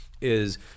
Is-